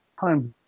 times